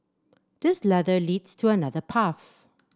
this ladder leads to another path